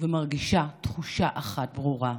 ומרגישה תחושה אחת ברורה: